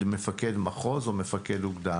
מפקד מחוז או מפקד אוגדה,